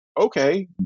okay